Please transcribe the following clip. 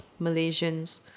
Malaysians